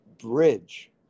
Bridge